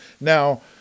Now